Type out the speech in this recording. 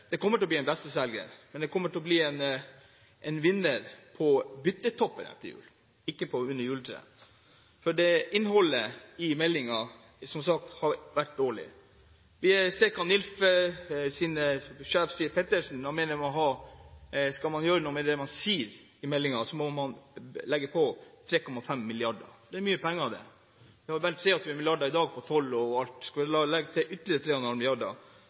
vinner på byttetoppen etter jul, ikke under juletreet. For innholdet i meldingen er som sagt dårlig. NILF-sjef Pettersen mener at skal man gjøre noe med det man sier i meldingen, må man legge på 3,5 mrd. kr. Det er mye penger. Vi har vel 23 mrd. kr i dag på toll og alt. Skal vi legge til ytterligere 3,5